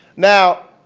now,